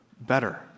better